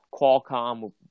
Qualcomm